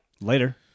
Later